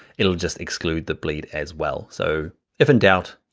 it'll just exclude the bleed as well. so if in doubt,